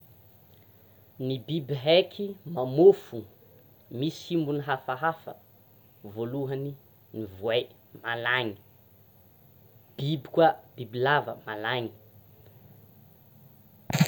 Ny biby haiky mamofogny, misy himbony hafahafa, voalohany ny voay malagny, biby koa bibilava malagny.